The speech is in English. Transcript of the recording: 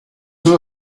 who